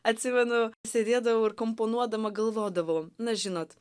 atsimenu sėdėdavau ir komponuodama galvodavau na žinot